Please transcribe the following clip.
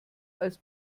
als